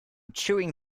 chewing